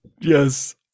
Yes